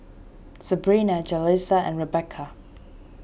Sebrina Jalissa and Rebecca